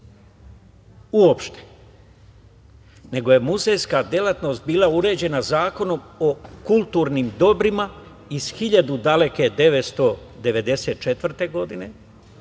uopšte, nego je muzejska delatnosti bila uređena Zakonom o kulturnim dobrima iz 1994. godine,